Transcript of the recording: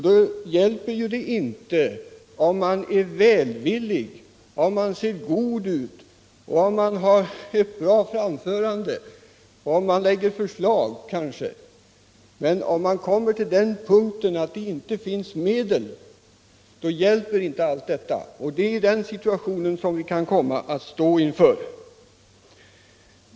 Det hjälper inte om man är välvillig, om man ser god ut, om man har ett bra framförande och om man kanske lägger fram förslag. Om man kommer till den punkten att det inte finns medel, hjälper inte allt detta. Det är den situationen som vi kan komma att stå inför.